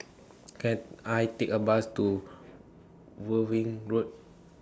Can I Take A Bus to Worthing Road